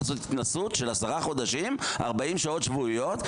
התנסות של 10 חודשים, 40 שעות שבועיות.